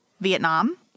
Vietnam